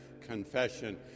confession